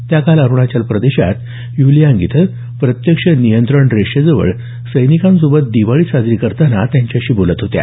त्या काल अरुणाचल प्रदेशमधल्या ह्यूलियांग इथं प्रत्यक्ष नियंत्रणरेषेजवळ सैनिकांसोबत दिवाळी साजरी करताना त्यांच्याशी बोलत होत्या